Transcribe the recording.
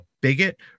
bigot